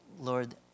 lord